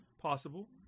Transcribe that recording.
possible